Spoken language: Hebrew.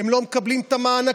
הם לא מקבלים את המענקים,